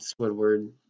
Squidward